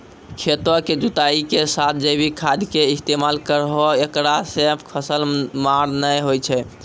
खेतों के जुताई के साथ जैविक खाद के इस्तेमाल करहो ऐकरा से फसल मार नैय होय छै?